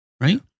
Right